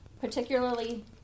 particularly